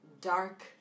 dark